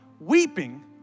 weeping